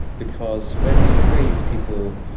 because when we praise people,